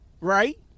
right